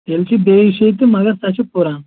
تیٚلہِ چھِ بیٚیہِ چھِ ییٚتہِ تہٕ مَگر تَتہِ چھُ پُرن